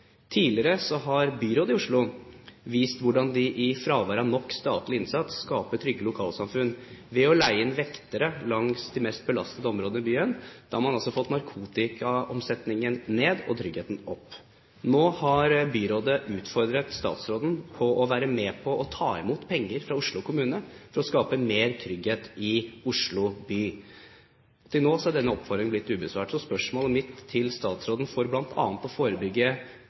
Tidligere har byrådet i Oslo vist hvordan de i fravær av nok statlig innsats skaper trygge lokalsamfunn ved å leie inn vektere langs de mest belastede områder i byen. Da har man altså fått narkotikaomsetningen ned og tryggheten opp. Nå har byrådet utfordret statsråden på å være med på å ta imot penger fra Oslo kommune for å skape mer trygghet i Oslo by. Til nå har denne oppfordringen forblitt ubesvart. Så spørsmålet mitt til statsråden, for bl.a. å forebygge